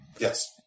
Yes